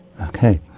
Okay